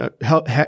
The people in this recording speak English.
help